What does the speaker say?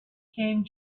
came